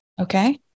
Okay